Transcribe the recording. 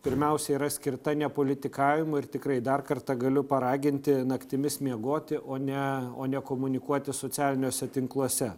pirmiausia yra skirta ne politikavimui ir tikrai dar kartą galiu paraginti naktimis miegoti o ne o ne komunikuoti socialiniuose tinkluose